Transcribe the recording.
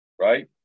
right